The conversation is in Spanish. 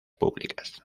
públicas